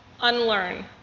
unlearn